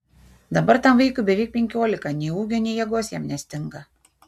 dabar tam vaikui beveik penkiolika nei ūgio nei jėgos jam nestinga